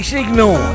Signal